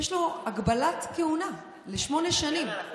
יש לו הגבלת כהונה לשמונה שנים.